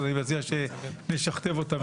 אני מציע שנשכתב אותה.